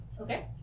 Okay